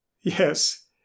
Yes